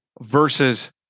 Versus